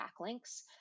backlinks